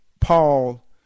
Paul